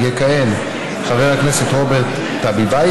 מי מפא"י?